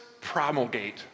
promulgate